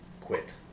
quit